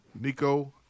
Nico